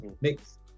mix